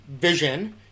vision